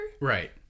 Right